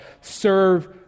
serve